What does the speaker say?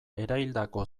eraildako